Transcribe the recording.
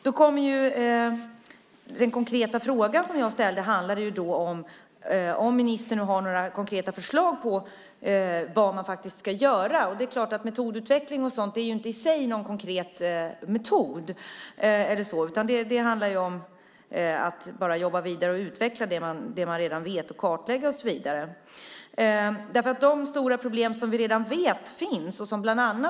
Den konkreta fråga som jag ställde handlade om huruvida ministern har några konkreta förslag på vad man faktiskt ska göra. Det är klart att metodutveckling och sådant inte i sig är någon konkret metod. Det handlar ju om att jobba vidare och utveckla det man redan vet och kartlägga och så vidare. Vi vet redan att stora problem finns.